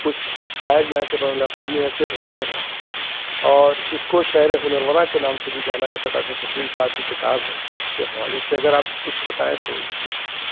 کچھ شاعر یہاں کے بین الاقوامی حیثیت رکھتے ہیں اور اِس کو شہرے ہُنر ورا کے نام سے بھی جانا جاتا ڈاکٹر شکیل صاحب کی کتاب ہے اُس کے حوالے سے اگر آپ کچھ بتائیں تو